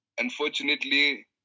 unfortunately